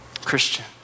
Christian